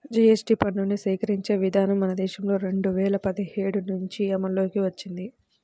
GST పన్నుని సేకరించే విధానం మన దేశంలో రెండు వేల పదిహేడు నుంచి అమల్లోకి వచ్చింది